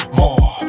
more